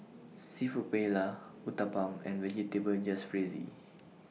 Seafood Paella Uthapam and Vegetable Jalfrezi